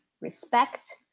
respect